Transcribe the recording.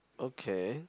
okay